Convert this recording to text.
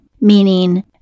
meaning